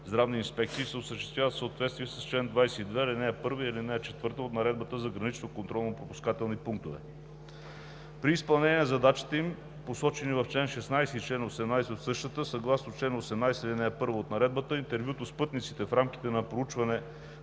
здравни инспекции се осъществява в съответствие с чл. 22, ал. 1 и ал. 4 от Наредбата за граничните контролно-пропускателни пунктове. При изпълнение на задачите им, посочени в чл. 16 и чл. 18 от същата, съгласно чл. 18, ал. 1 от Наредбата интервюто с пътниците в рамките на проучване